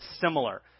similar